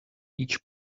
each